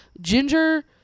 Ginger